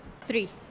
Three